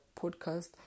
podcast